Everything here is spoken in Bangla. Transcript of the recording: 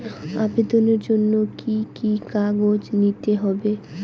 আবেদনের জন্য কি কি কাগজ নিতে হবে?